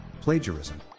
plagiarism